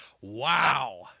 Wow